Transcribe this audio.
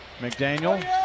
McDaniel